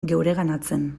geureganatzen